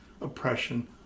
oppression